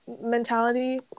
mentality